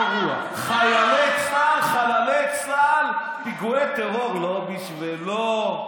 חיילי צה"ל, חללי צה"ל, פיגועי טרור, לא בשבילו.